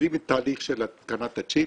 מתחילים את התהליך של התקנת הצ'יפ,